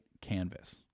canvas